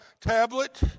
tablet